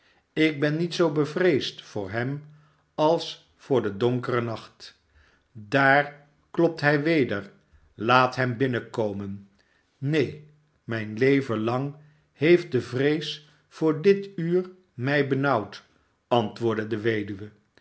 ik ben niet zoo bevreesd voor hem als voor den donkeren nacht daar klopt hij weder laat hem binnenkomen neen mijn leven lang heeft de vrees voor dit uur mij benauwd antwoordde de weduwe